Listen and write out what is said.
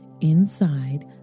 inside